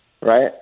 Right